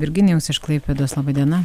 virginijaus iš klaipėdos laba diena